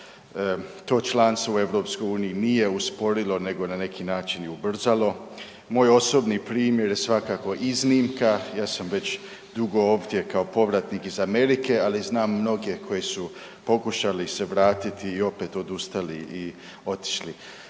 to članstvo u EU nije usporilo nego na neki način i ubrzalo. Moj osobni primjer je svakako iznimka, ja sam već dugo ovdje kao povratnik iz Amerike, ali znam mnoge koji su pokušali se vratiti i opet odustali i otišli.